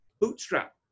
bootstrap